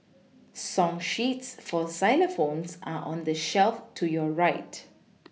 song sheets for xylophones are on the shelf to your right